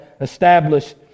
established